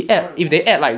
correct [what]